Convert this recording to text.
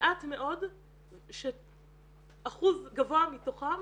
מעט מאוד שאחוז גבוה מתוכן